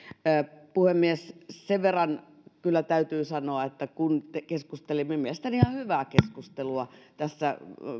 puhemies sen verran kyllä täytyy sanoa että kun keskustelimme mielestäni ihan hyvää keskustelua tässä